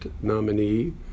nominee